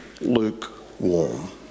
lukewarm